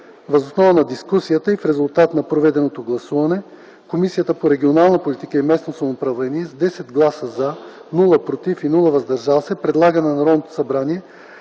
Въз основа на дискусията и в резултат на проведеното гласуване, Комисията по регионална политика и местно самоуправление с 9 гласа – “за”, без “против” и “въздържали се”, предлага на Народното събрание